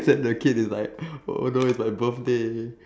except the kid is like oh no it's my birthday